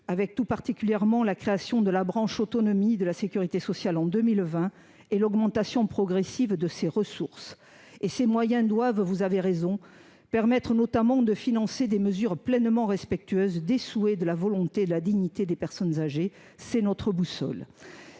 pense tout particulièrement à la création de la branche autonomie de la sécurité sociale en 2020 et à l’augmentation progressive de ses ressources. Ces moyens doivent permettre notamment de financer des mesures pleinement respectueuses de la volonté et de la dignité des personnes âgées. Telle est notre boussole.